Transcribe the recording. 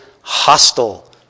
hostile